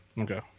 okay